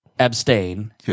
abstain